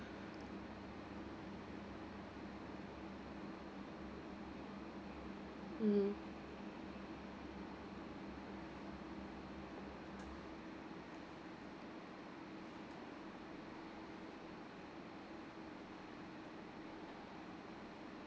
hmm